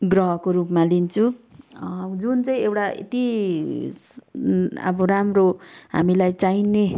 ग्रहको रूपमा लिन्छु जुन चाहिँ एउटा यति अब राम्रो हामीलाई चाहिने